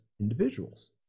individuals